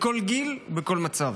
בכל גיל ובכל מצב.